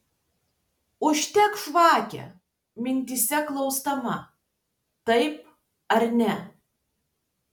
uždek žvakę mintyse klausdama taip ar ne